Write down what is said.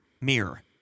mirror